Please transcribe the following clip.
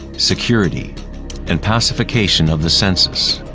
security and pacification of the senses.